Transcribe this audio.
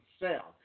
sell